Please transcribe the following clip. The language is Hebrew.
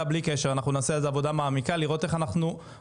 עוזרים כבר היום לחברות שכן צריכות את הנושא הזה,